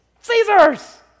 Caesar's